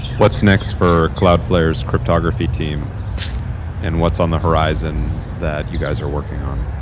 what's next for cloudflare's cryptography team and what's on the horizon that you guys are working on?